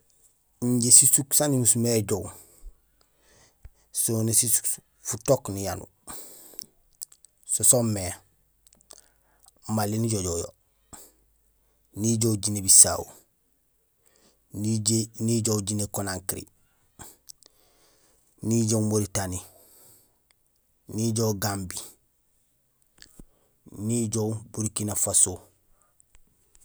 Injé sisuk saan umusmé ijoow soni sisuk futook niyanuur so soomé :Mali nijojoow jo, nijoow Guinée Bissau, nijoow Guinée Conakry, nijoow Mauritanie, nijoow Gambie, nijoow Burkina Fasso.